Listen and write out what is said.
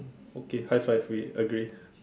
okay high five we agree